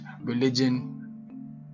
religion